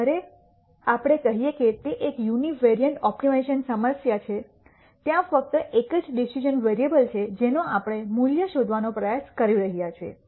જ્યારે આપણે કહીએ કે તે એક યુનિવેરિએંટ ઓપ્ટિમાઇઝેશન સમસ્યા છે ત્યાં ફક્ત એક જ ડિસિશ઼ન વેરીએબલ છે જેનો આપણે મૂલ્ય શોધવાનો પ્રયાસ કરી રહ્યા છીએ